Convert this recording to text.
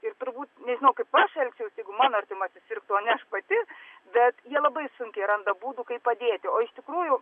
ir turbūt nežinau kaip aš elgčiausi jeigu mano artimasis sirgtų o ne aš pati bet jie labai sunkiai randa būdų kaip padėti o iš tikrųjų